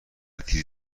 تیزی